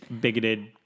bigoted